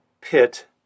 pit